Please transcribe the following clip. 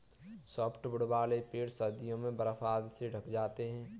softwood वाले पेड़ सर्दियों में बर्फ आदि से ढँक जाते हैं